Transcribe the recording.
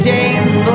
James